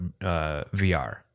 VR